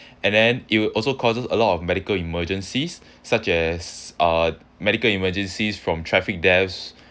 and then it will also causes a lot of medical emergencies such as uh medical emergencies from traffic deaths